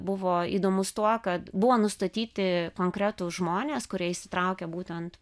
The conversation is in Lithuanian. buvo įdomus tuo kad buvo nustatyti konkretūs žmonės kurie įsitraukia būtent